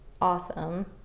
awesome